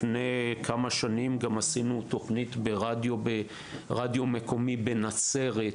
לפני כמה שנים גם עשינו תכנית ברדיו מקומי בנצרת,